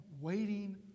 waiting